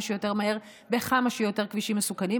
שיותר מהר בכמה שיותר כבישים מסוכנים,